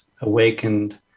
awakened